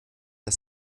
das